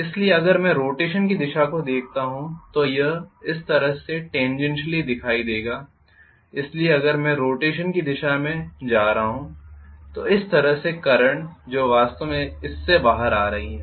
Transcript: इसलिए अगर मैं रोटेशन की दिशा को देखता हूं तो यह इस तरह से टॅंजेन्षियली दिखाई देगा इसलिए अगर मैं रोटेशन की दिशा की दिशा में जा रहा हूं तो इस तरह से करंट जो वास्तव में इससे बाहर आ रही है